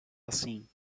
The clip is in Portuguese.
assim